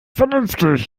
vernünftig